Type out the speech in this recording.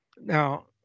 Now